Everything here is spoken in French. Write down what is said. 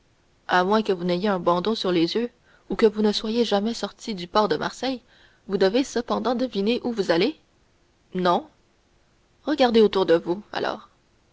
à moins que vous n'ayez un bandeau sur les yeux ou que vous ne soyez jamais sorti du port de marseille vous devez cependant deviner où vous allez non regardez autour de vous alors